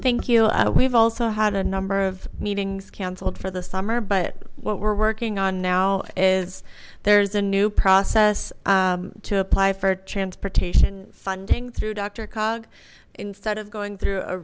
thank you we've also had a number of meetings canceled for the summer but what we're working on now is there's a new process to apply for transportation funding through doctor cog instead of going through a